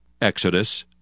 Exodus